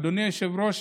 אדוני היושב-ראש,